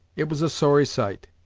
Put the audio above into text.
it was a sorry sight.